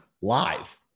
live